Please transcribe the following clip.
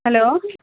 hello